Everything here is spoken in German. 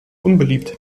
unbeliebt